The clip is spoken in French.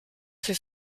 fait